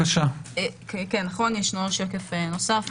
נכון, יש שקף נוסף.